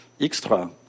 extra